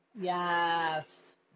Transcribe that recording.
Yes